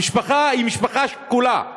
המשפחה היא משפחה שכולה,